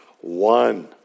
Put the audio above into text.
one